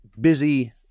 busy